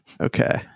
Okay